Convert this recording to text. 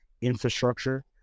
infrastructure